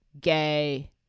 gay